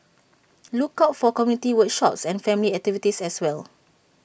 look out for community workshops and family activities as well